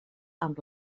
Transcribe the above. amb